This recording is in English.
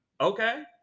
okay